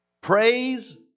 Praise